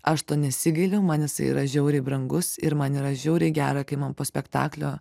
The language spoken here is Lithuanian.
aš tuo nesigailiu man jis yra žiauriai brangus ir man yra žiauriai gera kai man po spektaklio